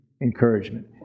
encouragement